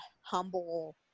humble